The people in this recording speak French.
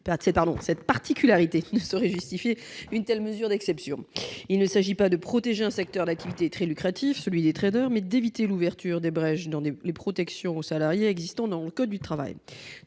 cette particularité ne saurait justifier une telle mesure d'exception. Il s'agit non pas de protéger un secteur d'activité très lucratif, celui des traders, mais d'éviter l'ouverture de brèches dans les protections aux salariés prévues dans le code du travail.